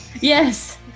Yes